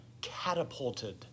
catapulted